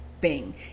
Bing